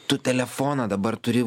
tu telefoną dabar turi